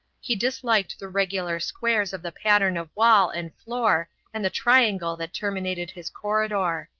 he disliked the regular squares of the pattern of wall and floor and the triangle that terminated his corridor.